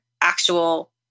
actual